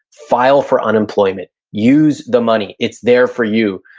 file for unemployment, use the money. it's there for you.